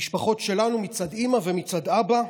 המשפחות שלנו מצד אימא ומצד אבא,